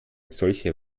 solche